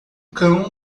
cão